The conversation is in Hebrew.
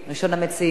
ראשון המציעים.